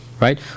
right